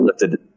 lifted